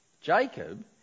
Jacob